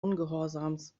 ungehorsams